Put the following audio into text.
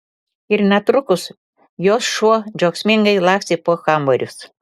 ir netrukus jos šuo džiaugsmingai lakstė po kambarius